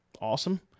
awesome